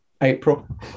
april